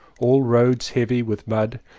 all roads heavy with mud,